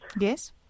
Yes